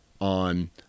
on